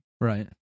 Right